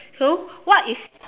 so what is